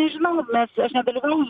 nežinau nes aš nedalyvavau